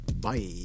Bye